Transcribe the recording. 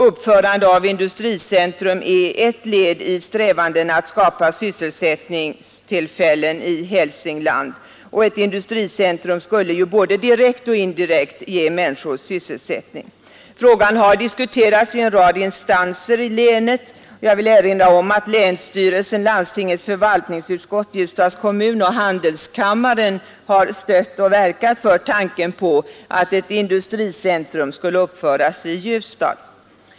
Uppförande av industricentrum är ett led i strävandena att skapa sysselsättningstillfällen i Hälsingland. Ett industricentrum skulle ju både direkt och indirekt ge människor sysselsättning. Frågan har diskuterats i en rad instanser i länet. Jag vill erinra om att länsstyrelsen, landstingets förvaltningsutskott, Ljusdals kommun och handelskammaren har stött och verkat för tanken på att ett industricentrum skulle uppföras i Ljusdal.